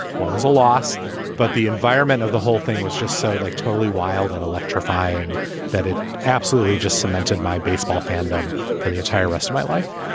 one is a loss but the environment of the whole thing was just so like totally wild and electrifying that it absolutely just cemented my baseball fandom for the entire rest of my life.